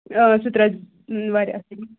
اۭں سُہ تہِ روزِ واریاہ اَصٕل